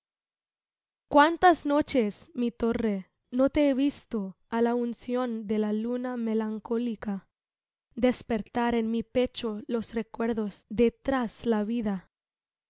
cuántas noches mi torre no te he visto á la unción de la luna melancólica despertar en mi pecho los recuerdos de tras la vida